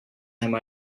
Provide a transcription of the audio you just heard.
time